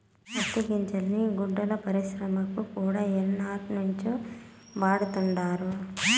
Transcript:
పత్తి గింజల్ని గుడ్డల పరిశ్రమల కూడా ఏనాటినుంచో వాడతండారు